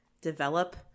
develop